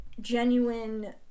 genuine